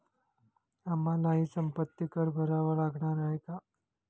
आम्हालाही संपत्ती कर भरावा लागणार आहे का?